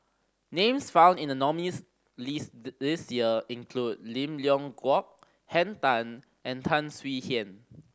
names found in the nominees' list the this year include Lim Leong Geok Henn Tan and Tan Swie Hian